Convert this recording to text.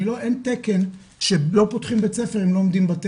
אין תקן שלא פותחים בית ספר אם לא עומדים בו.